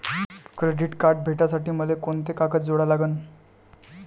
Credit card भेटासाठी मले कोंते कागद जोडा लागन?